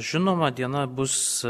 žinoma diena bus